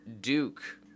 Duke